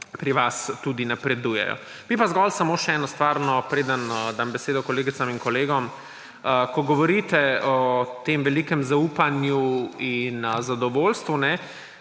pri vas tudi napredujejo. Bi pa zgolj samo še eno stvar, preden dam besedo kolegicam in kolegom. Ko govorite o tem velikem zaupanju in zadovoljstvu.